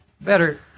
Better